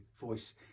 voice